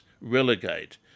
relegate